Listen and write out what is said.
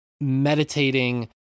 meditating